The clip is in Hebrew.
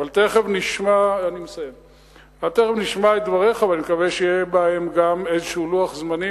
אנחנו תיכף נשמע את דבריך ואני מקווה שיהיה בהם גם איזה לוח זמנים,